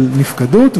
נפקדות.